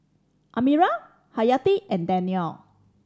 Amirah Hayati and Danial